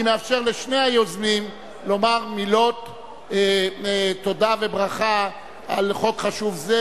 אני מאפשר לשני היוזמים לומר מילות תודה וברכה על חוק חשוב זה.